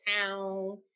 town